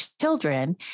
children